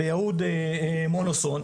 יענה לי יניב אחרי זה מהכדורעף,